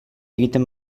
egiten